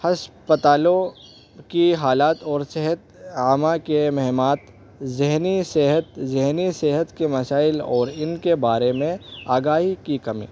ہسپتالوں کی حالات اور صحت عامہ کے مہمات ذہنی صحت ذہنی صحت کے مسائل اور ان کے بارے میں آگہی کی کمی